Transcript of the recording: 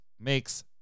makes